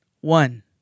one